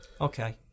Okay